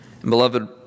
Beloved